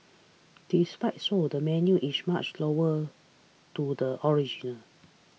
despite so the menu is much loyal to the original